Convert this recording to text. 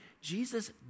Jesus